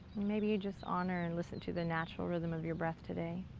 maybe you just honor and listen to the natural rhythm of your breath today.